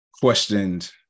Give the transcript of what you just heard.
Questioned